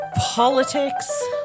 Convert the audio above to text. politics